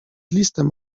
listem